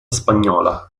spagnola